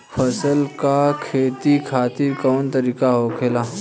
फसल का खेती खातिर कवन तरीका होखेला?